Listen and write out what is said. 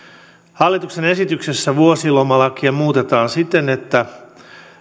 hallituksen esityksessä vuosilomalakia muutetaan siten että